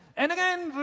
and again,